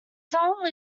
song